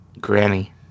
Granny